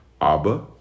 Abba